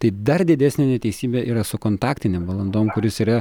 tai dar didesnė neteisybė yra su kontaktinėm valandom kuris yra